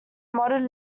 modern